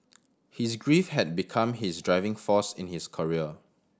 his grief had become his driving force in his career